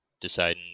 deciding